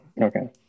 Okay